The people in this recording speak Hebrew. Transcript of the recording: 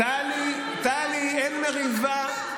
טלי, טלי, אין מריבה.